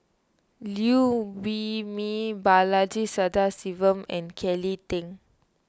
Liew Wee Mee Balaji Sadasivan and Kelly Tang